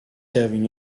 having